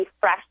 fresh